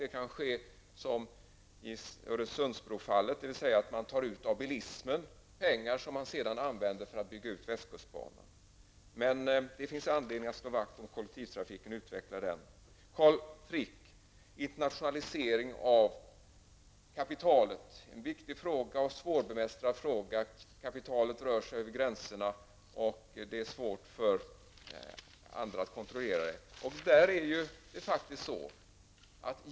Det kan också ske som i fallet med Öresundsbron, dvs. man tar ut kostnaden av bilisterna och använder sedan dessa pengar för att bygga ut västkustbanan. Det finns anledning att slå vakt om kollektivtrafiken och utveckla den. Internationalisering av kapital, Carl Frick, är en viktig och svårbemästrad fråga. Kapitalet rör sig över gränserna, och detta är svårt att kontrollera.